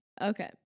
Okay